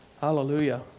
Hallelujah